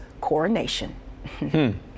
coronation